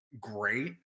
great